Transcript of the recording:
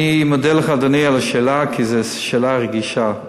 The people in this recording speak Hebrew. אני מודה לך, אדוני, על השאלה, כי זו שאלה רגישה.